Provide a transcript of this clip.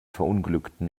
verunglückten